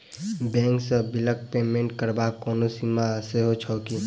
Bank सँ बिलक payment करबाक कोनो सीमा सेहो छैक की?